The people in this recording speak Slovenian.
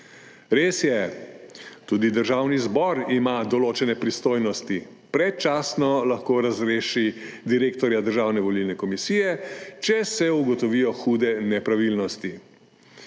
Res je, tudi Državni zbor ima določene pristojnosti, predčasno lahko razreši direktorja Državne volilne komisije, če se ugotovijo hude nepravilnosti.